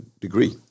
degree